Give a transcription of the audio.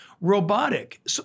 robotic